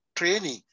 training